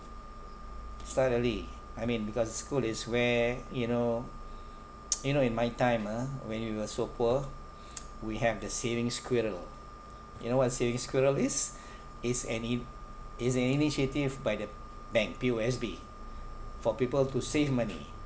start early I mean because school is where you know you know in my time ah when you were so poor we have the saving squirrel you know what saving squirrel is it's an e~ it's an initiative by the bank P_O_S_B for people to save money